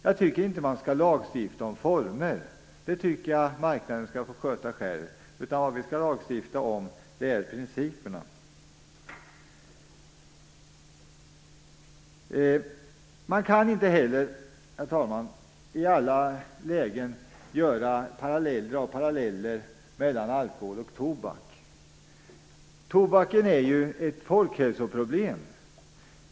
Jag tycker inte att man skall lagstifta om former, utan marknaden skall få sköta det själv. Vad vi skall lagstifta om är principerna. Herr talman! Man kan inte heller i alla lägen dra paralleller mellan alkohol och tobak. Tobaken är ju ett folkhälsoproblem.